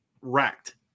racked